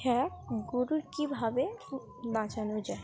হ্যাঁ গরু কীভাবে বাঁচানো যায়